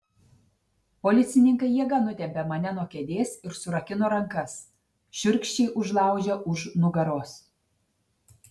policininkai jėga nutempė mane nuo kėdės ir surakino rankas šiurkščiai užlaužę už nugaros